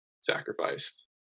sacrificed